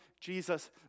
Jesus